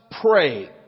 pray